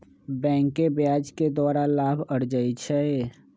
बैंके ब्याज के द्वारा लाभ अरजै छै